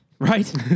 Right